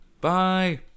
Bye